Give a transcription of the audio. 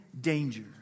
danger